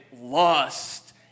lust